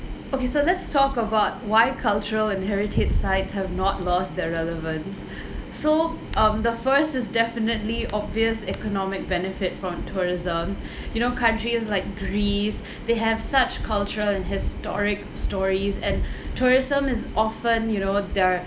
okay so let's talk about why cultural and heritage sites have not lost their relevance so um the first is definitely obvious economic benefit from tourism you know countries like greece they have such cultural and historic stories and tourism is often you know they're